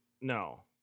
No